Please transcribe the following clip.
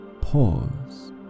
Pause